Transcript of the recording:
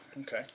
okay